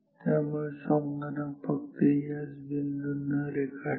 त्यामुळे संगणक फक्त याच बिंदूंना रेखाटेल